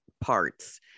parts